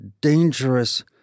dangerous